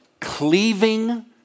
cleaving